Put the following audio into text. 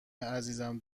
عزیزم